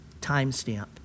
timestamp